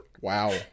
Wow